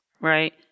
right